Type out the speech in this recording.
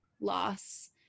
loss